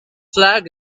flag